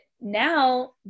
now